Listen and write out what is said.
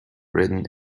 written